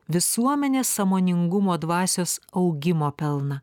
visuomenės sąmoningumo dvasios augimo pelną